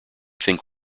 think